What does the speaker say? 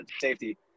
safety